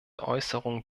äußerungen